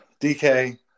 DK